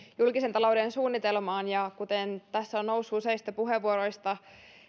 julkisen talouden suunnitelmaan kuten tässä on noussut useissa puheenvuoroissa